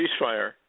ceasefire